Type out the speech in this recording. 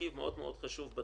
מאפיל על חוסר האחידות הזה.